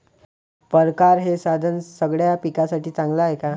परकारं हे साधन सगळ्या पिकासाठी चांगलं हाये का?